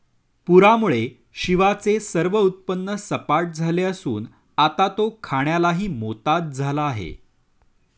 पूरामुळे शिवाचे सर्व उत्पन्न सपाट झाले असून आता तो खाण्यालाही मोताद झाला आहे